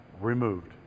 removed